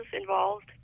involved